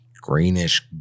Greenish